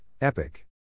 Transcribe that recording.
epic